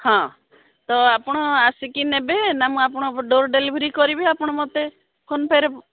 ହଁ ତ ଆପଣ ଆସିକି ନେବେ ନା ମୁଁ ଆପଣଙ୍କୁ ଡୋର ଡେଲିଭରି କରିବି ଆପଣ ମୋତେ ଫୋନ୍ ପେ'ରେ